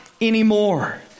anymore